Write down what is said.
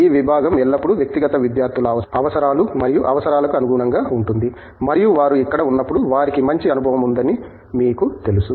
ఈ విభాగం ఎల్లప్పుడూ వ్యక్తిగత విద్యార్థుల అవసరాలు మరియు అవసరాలకు అనుగుణంగా ఉంటుంది మరియు వారు ఇక్కడ ఉన్నప్పుడు వారికి మంచి అనుభవం ఉందని మీకు తెలుసు